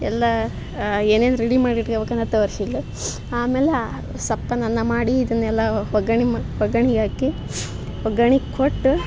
ಎಲ್ಲಾ ಏನೇನು ರೆಡಿ ಮಾಡಿಟ್ಕಂಡಿರ್ಬೇಕು ಅಂತ ತೋರ್ಸಿದ್ಲು ಆಮೇಲೆ ಸಪ್ಪನೆ ಅನ್ನ ಮಾಡಿ ಇದನ್ನ ಎಲ ಒಗ್ಗರ್ಣಿ ಮಾ ಒಗ್ಗರ್ಣಿಗೆ ಹಾಕಿ ಒಗ್ಗರ್ಣಿ ಕೊಟ್ಟು